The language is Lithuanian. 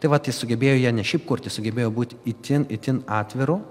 tai vat jis sugebėjo ją ne šiaip kurti sugebėjo būti itin itin atviru